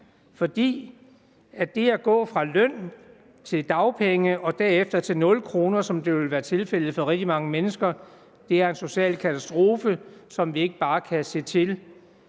For det at gå fra løn til dagpenge og derefter til nul kroner, som det ville være tilfældet for rigtig mange mennesker, er en social katastrofe, som vi ikke bare kan se